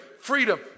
freedom